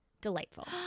delightful